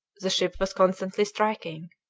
the ship was constantly striking.